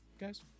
guys